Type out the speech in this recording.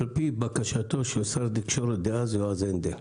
על פי בקשתו של שר התקשורת דאז יועז הנדל.